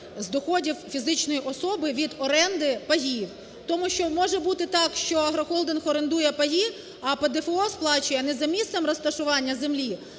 з доходів фізичної особи від оренди паїв. Тому що може бути так, що агрохолдинг орендує паї, а ПДФО сплачує не за місцем розташування землі,